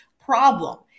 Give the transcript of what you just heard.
problem